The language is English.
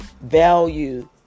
Value